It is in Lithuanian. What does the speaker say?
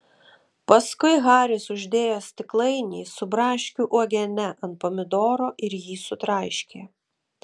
paskui haris uždėjo stiklainį su braškių uogiene ant pomidoro ir jį sutraiškė